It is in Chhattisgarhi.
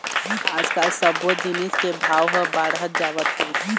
आजकाल सब्बो जिनिस के भाव ह बाढ़त जावत हे